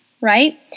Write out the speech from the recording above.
right